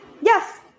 Yes